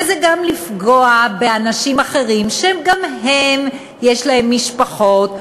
וזה גם לפגוע באנשים אחרים שגם הם יש להם משפחות,